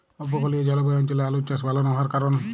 উপকূলীয় জলবায়ু অঞ্চলে আলুর চাষ ভাল না হওয়ার কারণ?